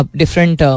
different